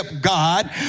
God